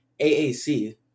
AAC